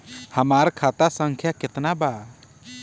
हमार खाता संख्या केतना बा?